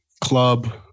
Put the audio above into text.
club